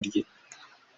rye